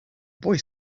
boy